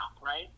right